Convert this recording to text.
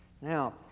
Now